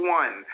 one